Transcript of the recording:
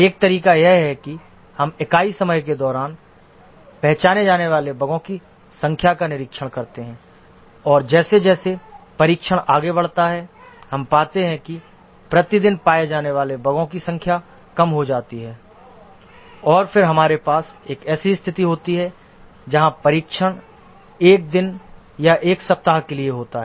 एक तरीका यह है कि हम इकाई समय के दौरान पहचाने जाने वाले बगों की संख्या का निरीक्षण करते हैं और जैसे जैसे परीक्षण आगे बढ़ता है हम पाते हैं कि प्रति दिन पाए जाने वाले बगों की संख्या कम हो जाती है और फिर हमारे पास एक ऐसी स्थिति होती है जहां परीक्षण एक दिन या एक सप्ताह के लिए होता है